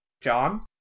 John